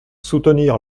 soutenir